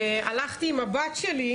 והלכתי עם הבת שלי,